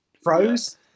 froze